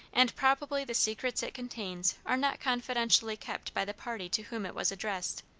and probably the secrets it contains are not confidentially kept by the party to whom it was addressed,